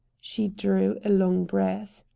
she drew a long breath.